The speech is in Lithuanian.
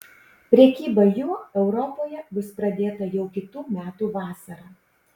prekyba juo europoje bus pradėta jau kitų metų vasarą